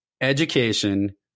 education